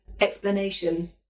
explanation